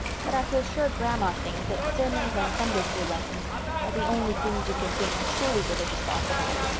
but i feel sure grandma thinks that sermons and sunday school lessons are the only things you can think truly religious thoughts about.